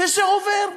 וזה עובר.